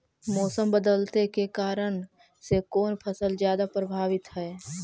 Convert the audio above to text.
मोसम बदलते के कारन से कोन फसल ज्यादा प्रभाबीत हय?